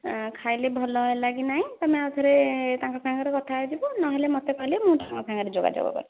ଖାଇଲେ ଭଲ ହେଲାକି ନାଇ ତମେ ଆଉ ଥରେ ତାଙ୍କ ସାଙ୍ଗରେ କଥା ହେଇଯିବ ନହେଲେ ମୋତେ କହିଲେ ମୁଁ ତାଙ୍କ ସାଙ୍ଗରେ ଯୋଗଯୋଗ କରିବି